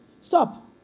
Stop